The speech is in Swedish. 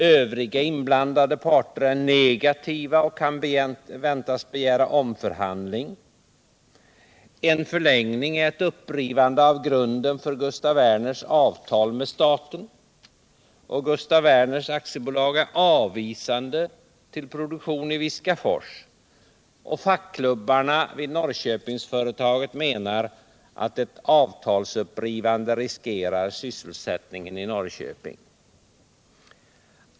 Övriga inblandade parter är negativa och kan väntas begära omförhandling. En förlängning är ett upprivande av grunden för Gustaf Werner AB:s avtal med staten. Gustaf Werner AB är avvisande till produktion i Viskafors, och fackklubbarna vid Norrköpingsföretaget menar att ett avtalsupprivande skulle riskera sysselsättningen i Norrköping.